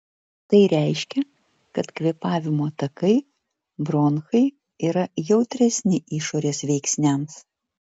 tai reiškia kad kvėpavimo takai bronchai yra jautresni išorės veiksniams